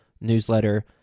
newsletter